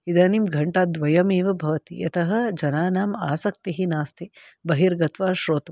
इदानीं घण्टा द्वयम् एव भवति यतः जनानाम् आसक्तिः नास्ति बहिर्गत्वा श्रोतुम्